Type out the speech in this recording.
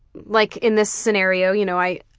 like in this scenario you know i